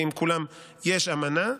כי עם כולן יש אמנה,